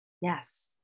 Yes